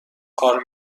کار